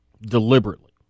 Deliberately